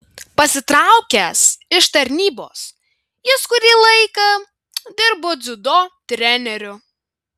pasitraukęs iš tarnybos jis kurį laiką dirbo dziudo treneriu